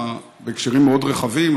בהקשרים מאוד רחבים,